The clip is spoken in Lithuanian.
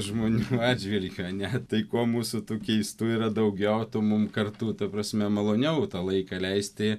žmonių atžvilgiu ane tai ko mūsų tų keistų yra daugiau tuo mums kartu ta prasme maloniau tą laiką leisti